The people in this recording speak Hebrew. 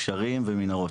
גשרים ומנהרות.